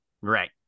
Right